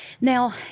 Now